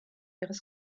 ihres